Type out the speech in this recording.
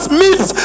meets